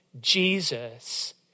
Jesus